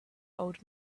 old